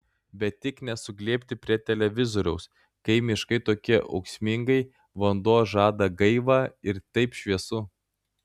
bet tik ne suglebti prie televizoriaus kai miškai tokie ūksmingi vanduo žada gaivą ir taip šviesu